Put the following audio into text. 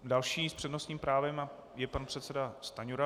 Další s přednostním právem je pan předseda Stanjura.